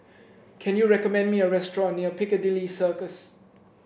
can you recommend me a restaurant near Piccadilly Circus